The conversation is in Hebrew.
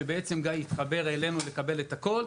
גיא יוכל להתחבר אלינו ולקבל את הכול,